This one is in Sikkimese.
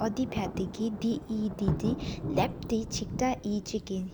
འོ་དེ་ཕ་ཏེ་གི་ཧེ་དེ་ལབ་ཆིག་ཏ་ཡེ་ཆིག་ཨིན།